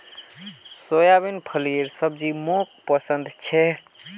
soybean फलीर सब्जी मोक पसंद छे